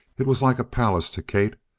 it was like a palace to kate,